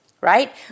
right